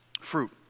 fruit